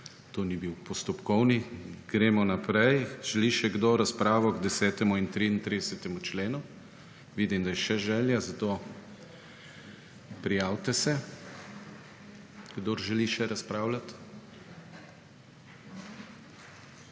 to ni bil postopkovni. Gremo naprej. Želi še kdo razpravo k 10. in 33. členu? (Da.) Vidim, da je še želja, zato se prijavite, kdor še želi razpravljati.